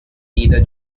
neither